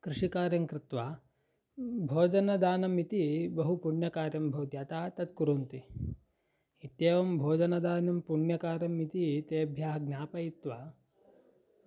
कृषिकार्यङ्कृत्वा भोजनदानम् इति बहु पुण्यकार्यं भवति अतः तत् कुर्वन्ति इत्येवं भोजनदानं पुण्यकार्यम् इति तेभ्यः ज्ञापयित्वा